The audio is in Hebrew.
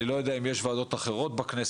אני לא יודע אם יש ועדות אחרות בכנסת,